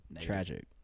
tragic